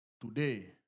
Today